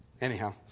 Anyhow